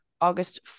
august